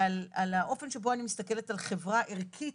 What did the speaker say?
ועל האופן שבו אני מסתכלת על חברה ערכית,